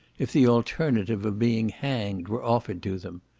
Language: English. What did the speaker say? if the alternative of being hanged were offered to them.